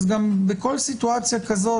אז גם בכל סיטואציה כזאת,